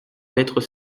lettres